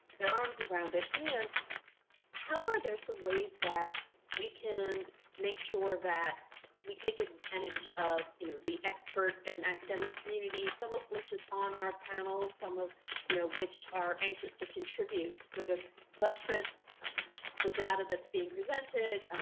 their arms around it and how are there some ways that we can make sure that we take an and image of you know the expert and academic community? some of which is on our panel some of you know which are anxious to contribute to sort of buttress the data that's being presented